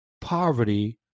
poverty